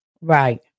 Right